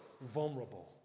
vulnerable